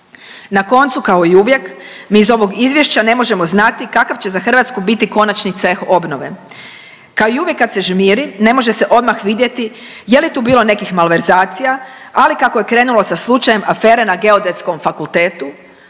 Na koncu kao i uvijek mi iz ovog izvješća ne možemo znati kakav će za Hrvatsku biti konačni ceh obnove. Kao i uvijek kad se žmiri ne može se odmah vidjeti je li tu bilo nekih malverzacija, ali kako je krenulo sa slučajem afere na Geodetskom fakultetu,